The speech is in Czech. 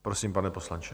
Prosím, pane poslanče.